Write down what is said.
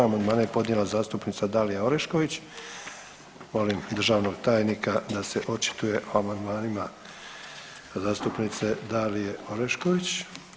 Amandman je podnijela zastupnica Dalija Orešković, molim državnog tajnika da se očituje o amandmanima zastupnice Dalije Orešković.